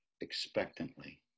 expectantly